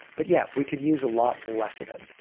but yeah, we could use a lot less of it.